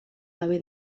gabe